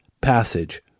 passage